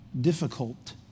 difficult